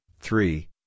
three